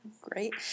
Great